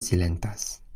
silentas